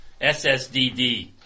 SSDD